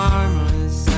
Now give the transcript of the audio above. Harmless